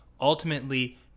Ultimately